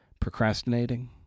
procrastinating